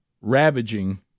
ravaging